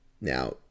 Now